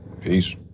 Peace